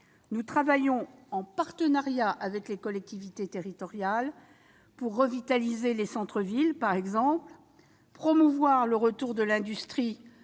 Nous travaillons en partenariat avec les collectivités territoriales pour revitaliser les centres-villes, promouvoir le retour de l'industrie